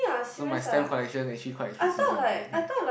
so my stamp collection actually quite expensive one everything